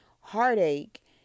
heartache